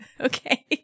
Okay